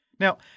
Now